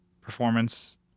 performance